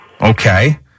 Okay